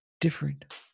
different